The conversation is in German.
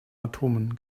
atomen